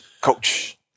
coach